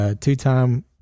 two-time